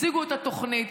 הציגו את התוכנית.